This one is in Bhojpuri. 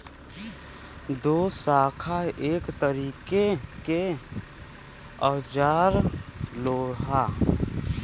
दोशाखा एक तरीके के औजार होला